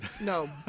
No